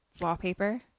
wallpaper